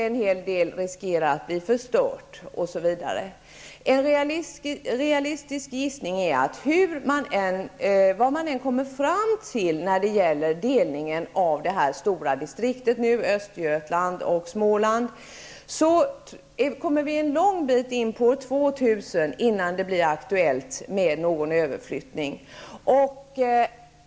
En hel del riskerar att bli förstört, osv. En realistisk gissning är att vad man än kommer fram till när det gäller delningen av det stora distriktet, Östergötland och Småland, kommer vi en lång bit in på tjugonde århundradet innan det blir aktuellt med någon överflyttning.